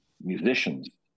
musicians